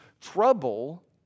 trouble